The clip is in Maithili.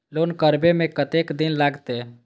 लोन करबे में कतेक दिन लागते?